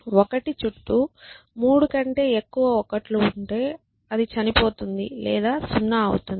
1 చుట్టూ మూడు కంటే ఎక్కువ ఒకటి లు ఉంటే అది చనిపోతుంది లేదా 0 అవుతుంది